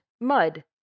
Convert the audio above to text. mud